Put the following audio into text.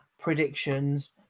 predictions